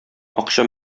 акча